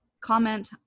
comment